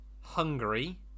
Hungary